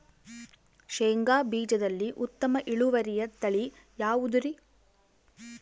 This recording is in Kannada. ಶೇಂಗಾ ಬೇಜದಲ್ಲಿ ಉತ್ತಮ ಇಳುವರಿಯ ತಳಿ ಯಾವುದುರಿ?